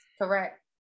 correct